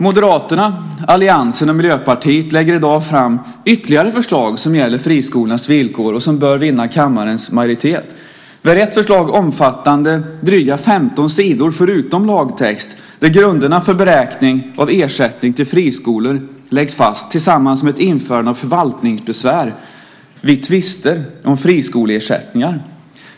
Moderaterna, alliansen och Miljöpartiet lägger i dag fram ytterligare förslag som gäller friskolornas villkor och som bör vinna kammarens majoritet. Ett förslag omfattar dryga 15 sidor förutom lagtext, där grunderna för beräkning av ersättning till friskolor läggs fast tillsammans med ett införande av förvaltningsbesvär vid tvister om friskoleersättningar.